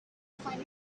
find